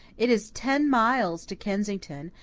it is ten miles to kensington,